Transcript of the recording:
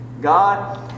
God